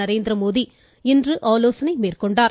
நரேந்திரமோடி இன்று ஆலோசனை மேற்கொண்டார்